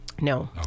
No